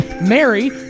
Mary